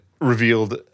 revealed